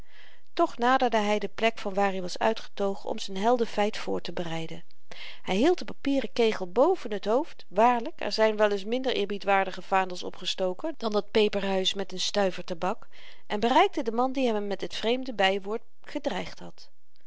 toch naderde hy de plek vanwaar i was uitgetogen om z'n heldenfeit voortebereiden hy hield den papieren kegel hoog boven t hoofd waarlyk er zyn wel eens minder eerbiedwaardige vaandels opgestoken dan dat peperhuis met n stuiver tabak en bereikte den man die hem met het vreemde bywoord gedreigd had